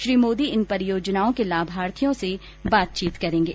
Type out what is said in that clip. श्री मोदी इन परियोजनाओं के लाभार्थियों से बातचीत भी करेंगे